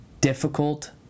difficult